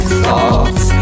thoughts